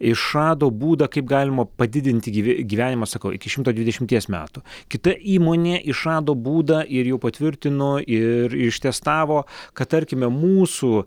išrado būdą kaip galima padidinti gyvi gyvenimą sakau iki šimto dvidešimties metų kita įmonė išrado būdą ir jau patvirtino ir ištestavo kad tarkime mūsų